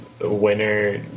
winner